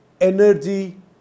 energy